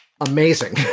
Amazing